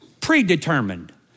predetermined